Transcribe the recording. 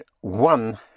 one